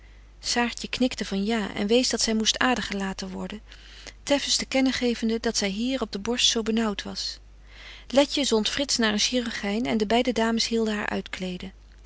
saartje knikte van ja en wees dat zy moest adergelaten worden teffens te kennen gevende dat zy hier op de borst zo benaauwt was letje zondt frits naar een chirurgyn en de beide dames hielpen haar uitkleden